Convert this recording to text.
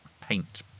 paint